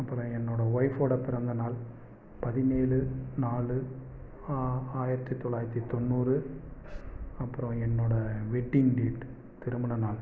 அப்புறம் என்னோடய ஒய்ஃப்போடய பிறந்தநாள் பதினேழு நாலு ஆ ஆயிரத்தி தொள்ளாயிரத்தி தொண்ணூறு அப்புறம் என்னோடய வெட்டிங் டேட் திருமண நாள்